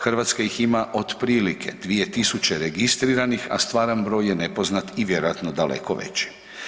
Hrvatska ih ima otprilike 2.000 registriranih, a stvaran broj je nepoznat i vjerojatno daleko veći.